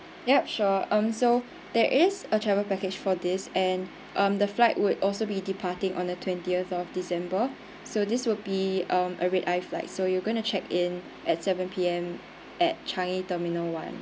yup sure um so there is a travel package for this and um the flight would also be departing on the twentieth of december so this will be um a red eye flight so you're gonna check in at seven P_M at changi terminal one